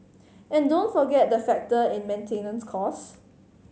and don't forget the factor in maintenance cost